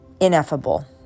ineffable